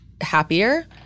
happier